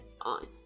on